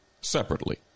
separately